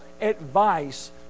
advice